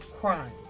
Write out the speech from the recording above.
crime